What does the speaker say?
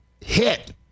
hit